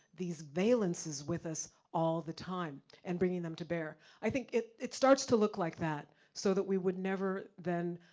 these valences with us, all the time and bringing them to bear. i think it it starts to look like that, so that we would never then,